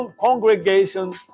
Congregation